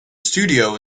studio